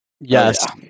Yes